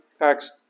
Acts